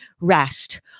rest